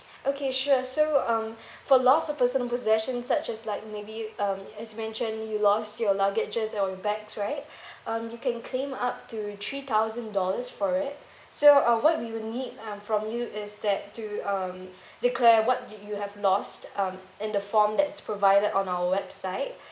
okay sure so um for lost of personal possession such as like maybe um as you mentioned you lost your luggages on your way back right um you can claim up to three thousand dollars for it so uh what we will need uh from you is that to um declare what you you have lost um in the form that's provided on our website